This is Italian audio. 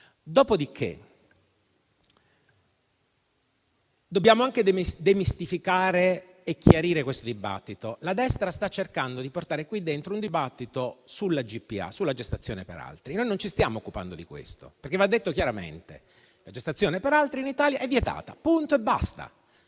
Dopodiché, dobbiamo anche demistificare e chiarire questo dibattito. La destra sta cercando di portare qui dentro un dibattito sulla GPA, sulla gestazione per altri. Noi non ci stiamo occupando di questo. Va detto chiaramente che la gestazione per altri in Italia è vietata: punto e basta.